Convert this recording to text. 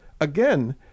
again